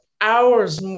hours